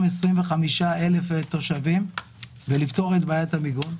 25,000 תושבים ולפתור את בעיית המיגון.